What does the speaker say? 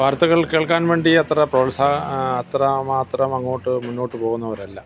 വാർത്തകൾ കേൾക്കാൻ വേണ്ടി അത്ര പ്രോത്സാഹനം അത്ര മാത്രം അങ്ങോട്ട് മുന്നോട്ട് പോകുന്നവരല്ല